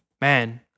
man